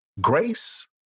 Grace